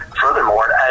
Furthermore